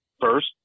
first